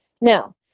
now